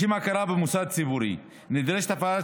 לשם הכרה במוסד ציבורי נדרשת הפעלת